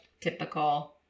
typical